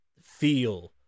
feel